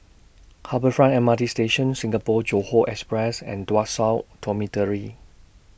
Harbour Front M R T Station Singapore Johore Express and Tuas South Dormitory